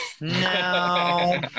No